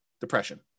depression